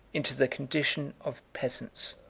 into the condition of peasants.